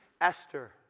Esther